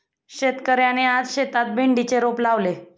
शेतकऱ्याने आज शेतात भेंडीचे रोप लावले